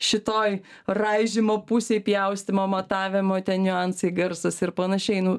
šitoj raižymo pusėj pjaustymo matavimo ten niuansai garsas ir panašiai nu